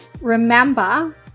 Remember